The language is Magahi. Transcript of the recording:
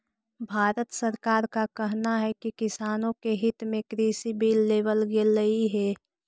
भारत सरकार का कहना है कि किसानों के हित में कृषि बिल लेवल गेलई हे